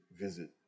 visit